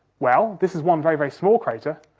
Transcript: well, this is one very, very small crater,